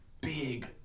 big